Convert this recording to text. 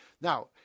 Now